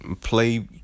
play